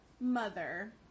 mother